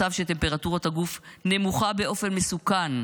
מצב שבו טמפרטורת הגוף נמוכה באופן מסוכן,